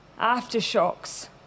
Aftershocks